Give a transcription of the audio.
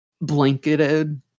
blanketed